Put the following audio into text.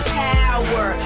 power